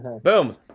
Boom